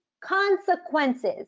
consequences